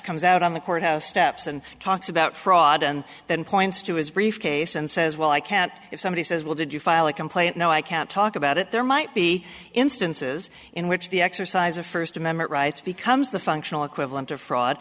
comes out on the courthouse steps and talks about fraud and then points to his briefcase and says well i can't if somebody says well did you file a complaint no i can't talk about it there might be instances in which the exercise of first amendment rights becomes the functional equivalent of fraud